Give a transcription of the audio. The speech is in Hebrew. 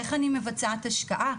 איך אני מבצעת השקעה.